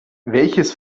welches